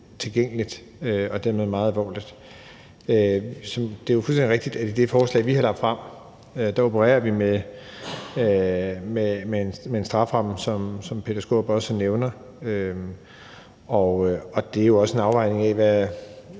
tilgængeligt og dermed meget alvorligt. Det er jo fuldstændig rigtigt, at i det forslag, vi har lagt frem, opererer vi med en strafferamme, som er, som hr. Peter Skaarup nævner, og det er jo også en afvejning af, hvad